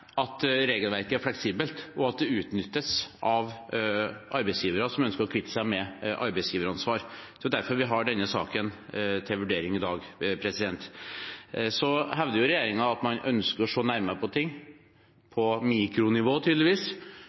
at regelverket er fleksibelt, og at det utnyttes av arbeidsgivere som ønsker å kvitte seg med arbeidsgiveransvar. Det er derfor vi har denne saken til vurdering i dag. Så hevder regjeringen at man ønsker å se nærmere på ting – på mikronivå, tydeligvis